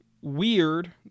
weird